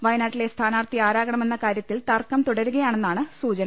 വയനാട്ടിലെ സ്ഥാനാർത്ഥി ആരാക ണമെന്ന കാര്യത്തിൽ തർക്കം തുടരുകയാണെന്നാണ് സൂചന